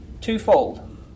Twofold